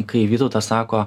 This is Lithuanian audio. kai vytautas sako